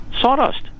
Sawdust